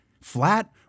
flat